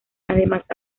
además